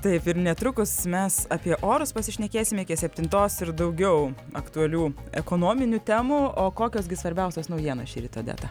taip ir netrukus mes apie orus pasišnekėsime iki septintos ir daugiau aktualių ekonominių temų o kokios gi svarbiausios naujienos šįryt odeta